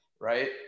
right